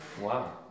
Wow